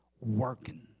working